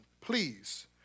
please